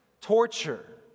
torture